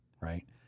right